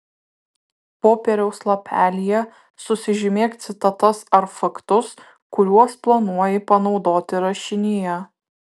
popieriaus lapelyje susižymėk citatas ar faktus kuriuos planuoji panaudoti rašinyje